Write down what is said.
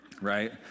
right